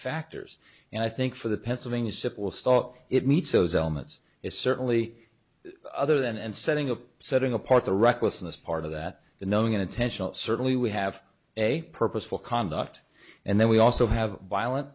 factors and i think for the pennsylvania simple stop it meets those elements is certainly other than and setting up setting apart the recklessness part of that the knowing inattentional certainly we have a purposeful conduct and then we also have violent